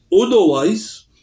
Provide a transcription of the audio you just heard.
otherwise